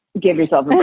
give yourself